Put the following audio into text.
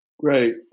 Great